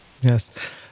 Yes